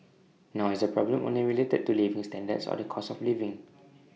nor is the problem only related to living standards or the cost of living